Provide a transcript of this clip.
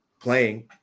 playing